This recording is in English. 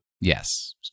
Yes